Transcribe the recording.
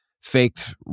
faked